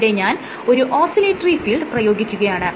ഇവിടെ ഞാൻ ഒരു ഓസിലേറ്ററി ഫീൽഡ് പ്രയോഗിക്കുകയാണ്